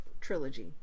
trilogy